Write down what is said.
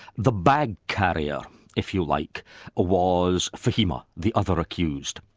the bag-carrier if you like was fahima, the other accused.